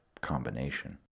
combination